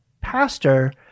pastor